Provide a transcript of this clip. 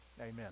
Amen